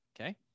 Okay